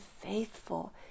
faithful